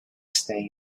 staying